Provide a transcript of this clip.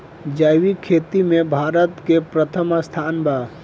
जैविक खेती में भारत के प्रथम स्थान बा